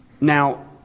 Now